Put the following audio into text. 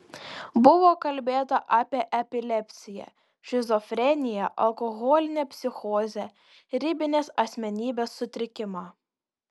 buvo kalbėta apie epilepsiją šizofreniją alkoholinę psichozę ribinės asmenybės sutrikimą